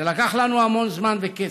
זה לקח לנו המון זמן וכסף.